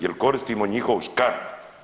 Jer koristimo njihov škart.